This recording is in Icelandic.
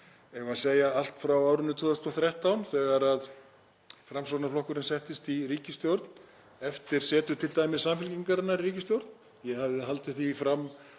við að segja allt frá árinu 2013 þegar Framsóknarflokkurinn settist í ríkisstjórn eftir setu t.d. Samfylkingarinnar í ríkisstjórn — ég hafði haldið því fram